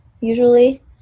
usually